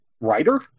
writer